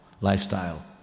lifestyle